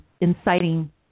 inciting